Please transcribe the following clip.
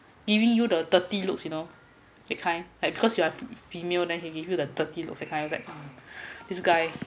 giving you the dirty looks you know that kind because you are fem~ female then he give you the dirty looks that kind so I was like this guy